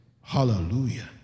hallelujah